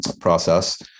process